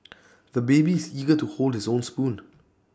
the baby is eager to hold his own spoon